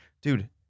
Dude